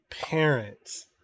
parents